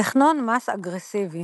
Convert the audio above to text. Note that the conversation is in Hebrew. תכנון מס אגרסיבי